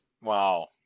Wow